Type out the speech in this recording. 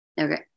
Okay